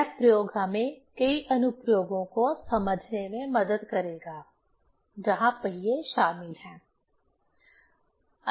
यह प्रयोग हमें कई अनुप्रयोगों को समझने में मदद करेगा जहां पहिए शामिल हैं